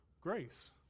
grace